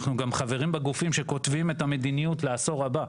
אנחנו גם חברים בגופים שכותבים את המדיניות לעשור הבא,